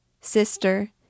Sister